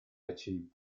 achieved